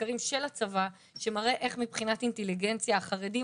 מחקרים של הצבא שמראה איך מבחינת אינטליגנציה החרדים